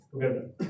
together